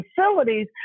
facilities